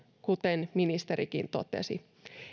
kuten ministerikin totesi